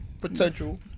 potential